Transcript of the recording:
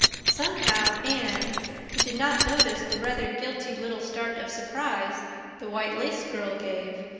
somehow anne who did not notice the rather guilty little start of surprise the white-lace girl gave,